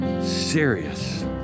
serious